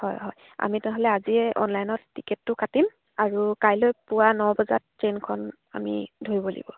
হয় হয় আমি তেনেহ'লে আজিয়ে অনলাইনত টিকেটটো কাটিম আৰু কাইলৈ পুৱা ন বজাত ট্ৰেইনখন আমি ধৰিব লাগিব